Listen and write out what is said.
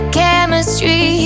chemistry